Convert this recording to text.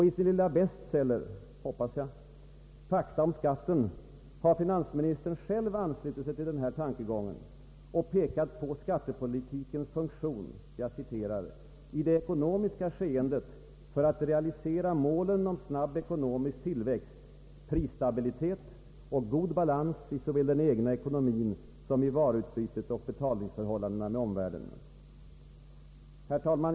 I sin lilla bestseller — hoppas jag — ”Fakta om skatten” har finansministern anslutit sig till denna tankegång och pekat på skattepolitikens funktion ”i det ekonomiska skeendet för att realisera målen om snabb ekonomisk tillväxt, prisstabilitet och god balans i såväl den egna ekonomin som i varuutbytet och betal. ningsförhållandena med omvärlden”. Herr talman!